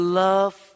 love